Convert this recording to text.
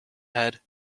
head